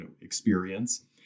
experience